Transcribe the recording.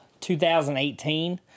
2018